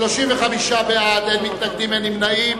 35 בעד, אין מתנגדים, אין נמנעים.